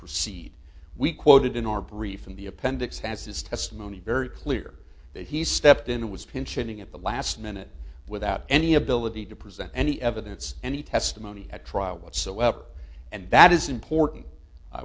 proceed we quoted in our brief in the appendix has his testimony very clear that he stepped in and was pinching at the last minute without any ability to present any evidence any testimony at trial whatsoever and that is important i